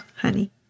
honey